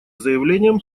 заявлением